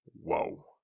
whoa